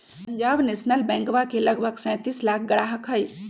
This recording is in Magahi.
पंजाब नेशनल बैंकवा के लगभग सैंतीस लाख ग्राहक हई